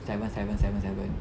seven seven seven seven